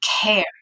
care